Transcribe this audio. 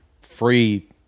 free